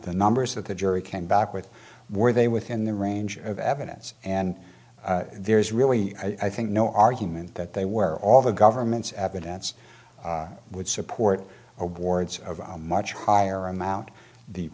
the numbers that the jury came back with more they within the range of evidence and there is really i think no argument that they were all the government's evidence would support awards much higher amount the